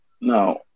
Now